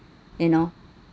you know